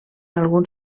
algun